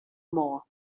more